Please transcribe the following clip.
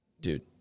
dude